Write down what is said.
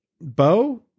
Bo